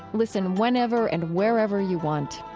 listen whenever and wherever you want.